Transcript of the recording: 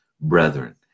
brethren